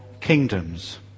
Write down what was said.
kingdoms